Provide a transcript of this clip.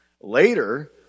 Later